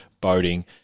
boating